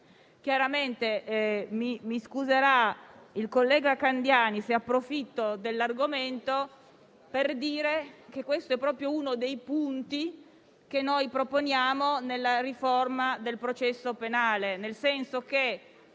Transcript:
caso. Mi scuserà il collega Candiani se approfitto dell'argomento per dire che questo è proprio uno dei punti che noi proponiamo nella riforma del processo penale, nel senso che